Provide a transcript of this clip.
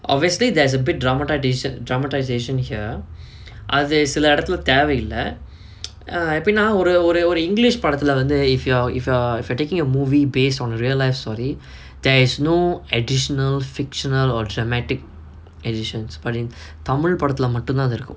obviously there is a bit dramatisation dramatisation here அது சில இடத்துல தேவ இல்ல:athu sila idathula theva illa err எப்படினா ஒரு ஒரு ஒரு:eppadinaa oru oru oru english படத்துல வந்து:padathula vanthu if you're if you're if you're taking a movie based on real life story there is no additional fictional or dramamtic additions but in tamil படத்துல மட்டுதா அது இருக்கு:padathula mattuthaa athu irukku